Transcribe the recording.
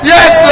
Yes